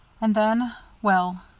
and then well,